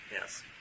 Yes